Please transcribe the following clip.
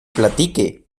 platique